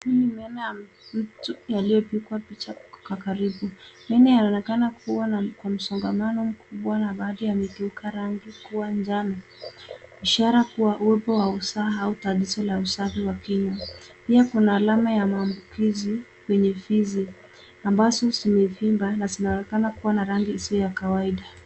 Hii ni meno ya mtu yaliyopigwa picha karibu. Meno yanaonekana kuwa kwa msongamano mkubwa na baadhi yamegeuka kuwa rangi ya njano ishara kuwa uwepo wa usaha tatizo la usafi wa kinywa. Pia kuna alama ya maambukizi kwenye fizi ambazo zimevimba na zinaonekana kuwa na rangi isiyo ya kawaida.